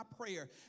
prayer